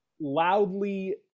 loudly